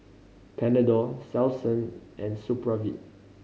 Panadol Selsun and Supravit